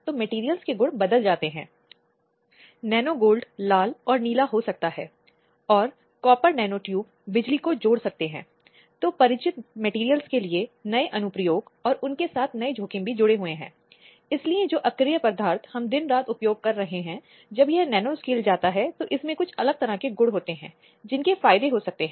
इसलिए आयोग संवैधानिक और अन्य कानूनों के तहत महिलाओं के लिए प्रदान किए गए सुरक्षा उपायों से संबंधित मामलों की जांच और परीक्षा की भूमिका निभाता है